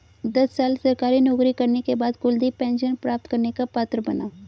दस साल सरकारी नौकरी करने के बाद कुलदीप पेंशन प्राप्त करने का पात्र बना